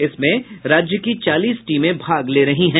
इसमें राज्य की चालीस टीमें भाग ले रहीं हैं